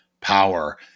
power